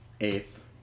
Eighth